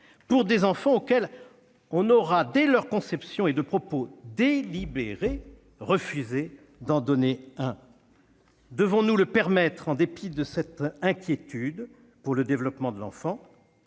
pour des enfants auxquels on aura dès leur conception et de propos délibéré refusé d'en donner un ? Devons-nous le permettre en dépit de cette inquiétude pour le développement de l'enfant